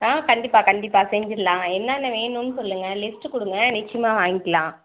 ஆ கண்டிப்பாக கண்டிப்பாக செஞ்சிடலாம் என்னென்ன வேணும்ன்னு சொல்லுங்க லிஸ்ட்டு கொடுங்க நிச்சயமாக வாங்கிக்கலாம்